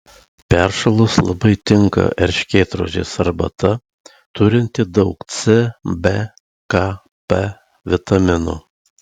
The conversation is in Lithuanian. peršalus labai tinka erškėtrožės arbata turinti daug c b k p vitaminų